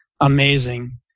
amazing